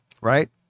Right